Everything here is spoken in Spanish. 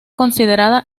considerada